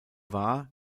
war